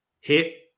hit